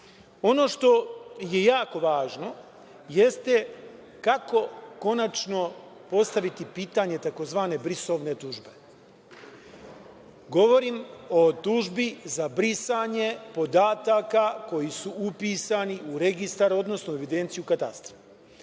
što je jako važno jeste kako konačno postaviti pitanje tzv. "brisovne tužbe". Govorim o tužbi za brisanje podataka koji su upisani u registar, odnosno evidenciju katastra.